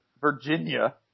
Virginia